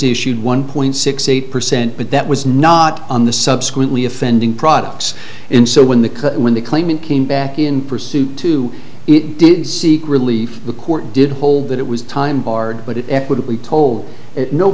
issued one point six eight percent but that was not on the subsequently offending products and so when the when the claimant came back in pursuit to it did seek relief the court did hold that it was time barred but it equitably told